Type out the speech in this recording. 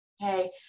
Hey